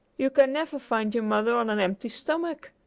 you can never find your mother on an empty stomach!